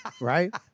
right